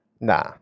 nah